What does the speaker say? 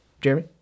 jeremy